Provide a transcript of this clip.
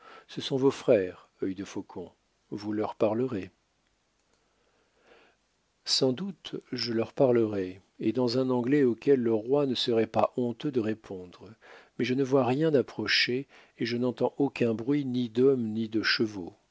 ce sont vos frères œil de faucon vous leur parlerez sans doute je leur parlerai et dans un anglais auquel le roi ne serait pas honteux de répondre mais je ne vois rien approcher et je n'entends aucun bruit ni d'hommes ni de chevaux